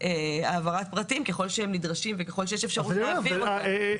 העברת פרטים ככל שהם נדרשים וככל שיש אפשרות להעביר אותם.